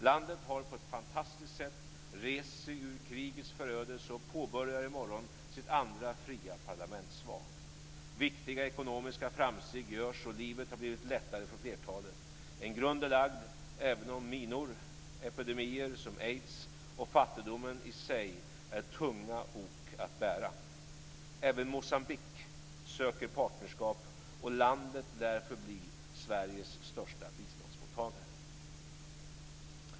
Landet har på ett fantastiskt sätt rest sig ur krigets förödelse och påbörjar i morgon sitt andra fria parlamentsval. Viktiga ekonomiska framsteg görs, och livet har blivit lättare för flertalet. En grund är lagd även om minor, epidemier som aids och fattigdomen i sig är tunga ok att bära. Även Moçambique söker partnerskap, och landet lär förbli Sveriges största biståndsmottagare.